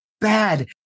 Bad